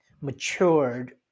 matured